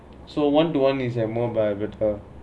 so one to one is like more way better ah